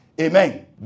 Amen